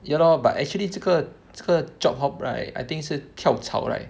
ya lor but actually 这个这个 job hop right I think 是跳槽 right